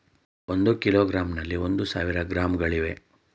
ಒಂದು ಕಿಲೋಗ್ರಾಂನಲ್ಲಿ ಒಂದು ಸಾವಿರ ಗ್ರಾಂಗಳಿವೆ